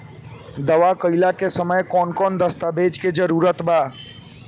दावा कईला के समय कौन कौन दस्तावेज़ के जरूरत बा?